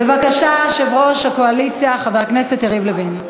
בבקשה, יושב-ראש הקואליציה, חבר הכנסת יריב לוין.